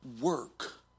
work